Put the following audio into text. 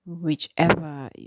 whichever